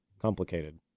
complicated